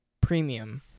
premium